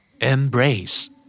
Embrace